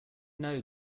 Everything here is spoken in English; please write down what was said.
know